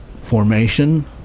formation